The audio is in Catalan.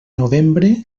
novembre